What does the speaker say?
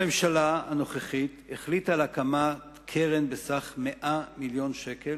הממשלה הנוכחית החליטה על הקמת קרן בסך 100 מיליון שקל